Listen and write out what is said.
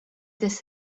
des